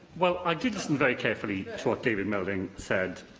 well, i did listen very carefully to what david melding said,